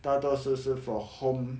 大多数是 for home